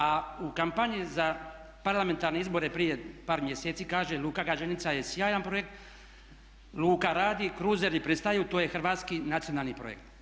A u kampanji za parlamentarne izbore prije par mjeseci kaže luka Gaženica je sjajan projekt, luka radi, kruzeri pristaju, to je hrvatski nacionalni projekt.